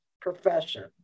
profession